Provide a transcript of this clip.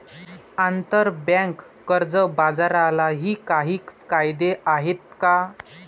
आंतरबँक कर्ज बाजारालाही काही कायदे आहेत का?